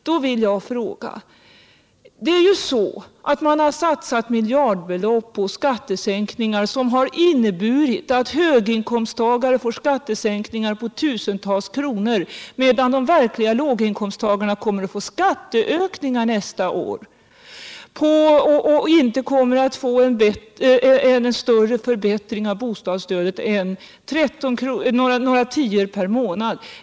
Då vill jag ställa en fråga. Ni har ju satsat miljardbelopp på skatteomläggningar som innebär att höginkomsttagarna får skattesänkningar på tusentals kronor, medan de verkliga låginkomsttagarna kommer att få skattehöjningar nästa år och inte kommer att få en större förbättring av bostadsstödet än några tior per månad.